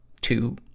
two